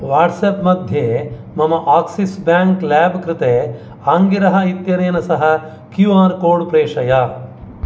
WhatsApp मध्ये मम Axis bank लेब् कृते आङ्गिरः इत्यनेन सह क्यू आर् कोड् प्रेषय